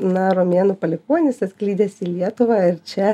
na romėnų palikuonis atklydęs į lietuvą ir čia